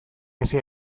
hezi